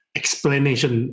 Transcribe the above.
explanation